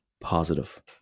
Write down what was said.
positive